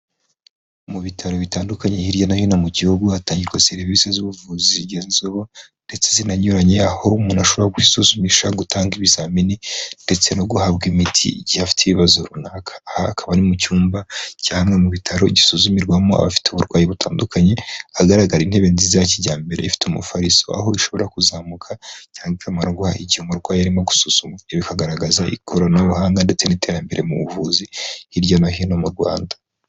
Mu bitaro bitandukanye hirya no hino mu gihugu hatangirwa serivisi z'ubuvuzi zigezweho ndetse zinanyuranye, aho umuntu ashobora kwisuzumisha, gutanga ibizamini ndetse no guhabwa imiti igihe afite ibibazo runaka. Aha akaba ari mu cyumba cya hamwe mu bitaro gisuzumirwamo abafite uburwayi butandukanye, hagaragara intebe nziza ya kijyambere ifite umufariso, aho ishobora kuzamuka cyangwa ikamanurwa igihe umurwayi arimo gusuzumwa. Ibyo bikagaragaza ikoranabuhanga ndetse n'iterambere mu buvuzi hirya no hino mu Rwanda.